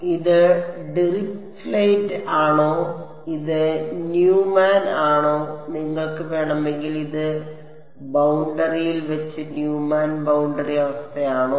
ഇത് ഡിറിച്ലെറ്റ് ആണോ ഇത് ന്യൂമാൻ ആണോ നിങ്ങൾക്ക് വേണമെങ്കിൽ ഇത് ബൌണ്ടറിയിൽ വെച്ച് ന്യൂമാൻ ബൌണ്ടറി അവസ്ഥയാണോ